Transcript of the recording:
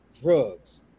drugs